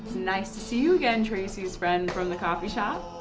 nice to see you again, tracy's friend from the coffee shop.